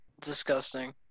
disgusting